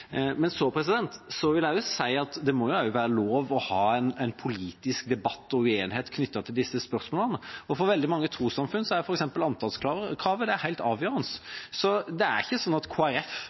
Så vil jeg også si at det må være lov å ha en politisk debatt og uenighet knyttet til disse spørsmålene. For veldig mange trossamfunn er f.eks. antallskravet helt avgjørende. Det er ikke slik at Kristelig Folkeparti presset Høyre og Venstre, og for så